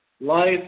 Life